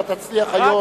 אתה תצליח היום,